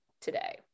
today